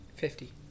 Fifty